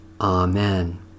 Amen